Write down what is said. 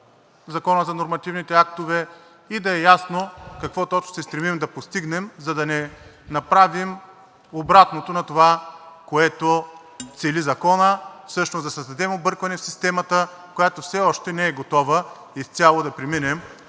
Закона за нормативните актове и да е ясно какво точно се стремим да постигнем, за да не направим обратното на това, което цели Законът, всъщност да създадем объркване в системата, която все още не е готова изцяло да преминем